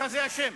זה השם.